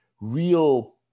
real